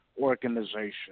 organization